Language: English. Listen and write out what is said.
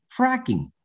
fracking